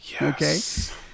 Yes